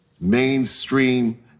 mainstream